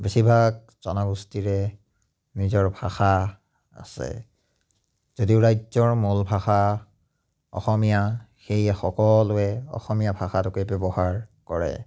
বেছিভাগ জনগোষ্ঠীৰে নিজৰ ভাষা আছে যদিও ৰাজ্যৰ মূল ভাষা অসমীয়া সেয়ে সকলোৱে অসমীয়া ভাষাটোকে ব্যৱহাৰ কৰে